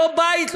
לא בית,